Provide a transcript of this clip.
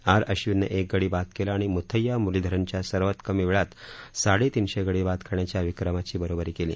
R आश्विननं एक गडी बाद केला आणि मुथय्या मुरलीधरनच्या सर्वात कमी वेळात साडेतीनशे गडी बाद करण्याच्या विक्रमाची बरोबरी केली